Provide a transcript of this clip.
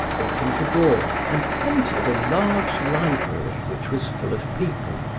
opened the door and entered a large library which was full of people.